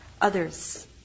others